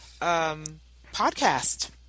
podcast